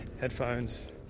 headphones